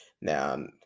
now